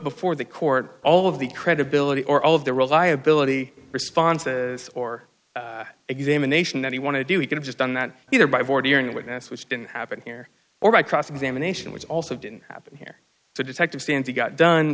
before the court all of the credibility or all of the reliability responses or examination that he want to do he could have just done that either by ordering a witness which didn't happen here or by cross examination which also didn't happen here so detective stand he got done